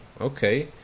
Okay